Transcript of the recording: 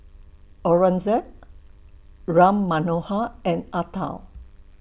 Aurangzeb Ram Manohar and Atal